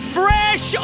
fresh